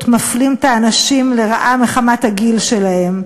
מפלים את האנשים לרעה מחמת הגיל שלהם.